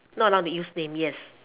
not allowed to be use names yes